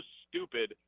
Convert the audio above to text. stupid